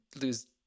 lose